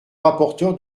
rapporteur